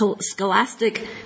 scholastic